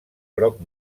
groc